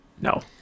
No